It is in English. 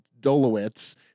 Dolowitz